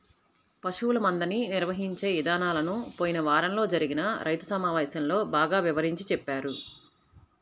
పశువుల మందని నిర్వహించే ఇదానాలను పోయిన వారంలో జరిగిన రైతు సమావేశంలో బాగా వివరించి చెప్పారు